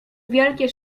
wielkie